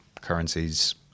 currencies